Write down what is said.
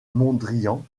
mondrian